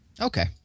Okay